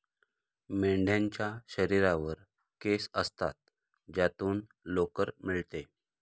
मेंढ्यांच्या शरीरावर केस असतात ज्यातून लोकर मिळते